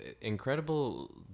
incredible